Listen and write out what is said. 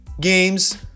games